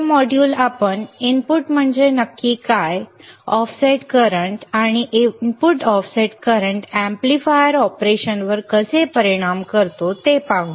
हे मॉड्यूल आपण इनपुट म्हणजे नक्की काय आहे ऑफसेट करंट आणि इनपुट ऑफसेट करंट एम्पलीफायर ऑपरेशनवर कसे परिणाम करतो ते पाहू